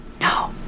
no